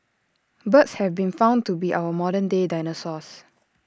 birds have been found to be our modern day dinosaurs